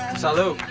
and salud.